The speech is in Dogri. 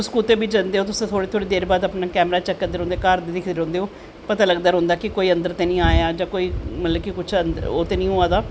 तुस कुतै बी जंदे ओ तुस थोह्ड़ी थोह्ड़ी देर बार अपनां कैमरा दिखदे रौंह्द् ओ घर गा दिखदे रौंह्दे हो पता लग्गदा रौंह्दा कि कोई अन्दर ते नी आया जां कि कुश मतलव ओह् ते नी होआ दा